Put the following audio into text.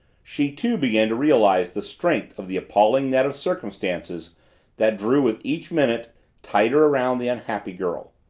she too began to realize the strength of the appalling net of circumstances that drew with each minute tighter around the unhappy girl.